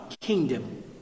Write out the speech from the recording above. kingdom